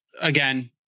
again